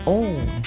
own